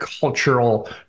cultural